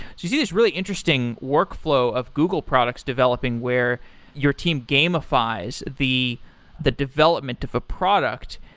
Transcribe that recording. you see this really interesting workflow of google products developing where your team gamifies the the development of a product.